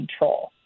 control